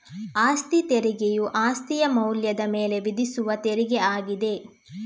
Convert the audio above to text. ಅಸ್ತಿ ತೆರಿಗೆಯು ಅಸ್ತಿಯ ಮೌಲ್ಯದ ಮೇಲೆ ವಿಧಿಸುವ ತೆರಿಗೆ ಆಗಿದೆ